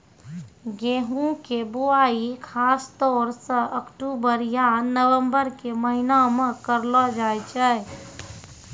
गेहूँ के बुआई खासतौर सॅ अक्टूबर या नवंबर के महीना मॅ करलो जाय छै